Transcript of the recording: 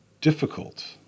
difficult